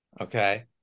okay